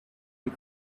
his